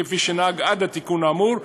כפי שנהג עד לתיקון האמור,